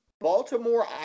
Baltimore